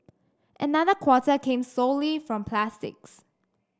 another quarter came solely from plastics